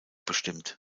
bestimmt